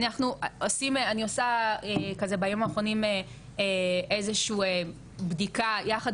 אני עושה בימים האחרונים איזושהי בדיקה יחד